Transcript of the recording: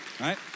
right